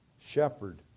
shepherd